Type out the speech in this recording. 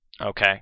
Okay